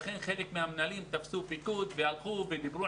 לכן חלק מהמנהלים תפסו פיקוד והלכו ודיברו